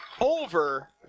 over